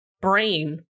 brain